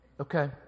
Okay